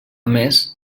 més